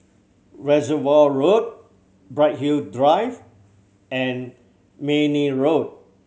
Reservoir Road Bright Hill Drive and Mayne Road